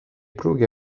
pruugi